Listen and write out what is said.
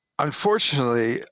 Unfortunately